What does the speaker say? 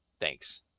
Thanks